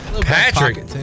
Patrick